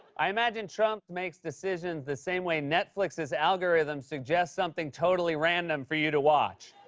i imagine trump makes decisions the same way netflix's algorithm suggests something totally random for you to watch.